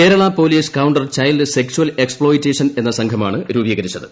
Kerala police counter child sexual exploitation എന്ന സംഘമാണ് രൂപീകരിച്ചത്